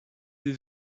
des